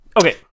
Okay